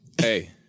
Hey